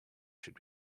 should